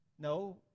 No